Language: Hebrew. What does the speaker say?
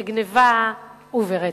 בגנבה וברצח.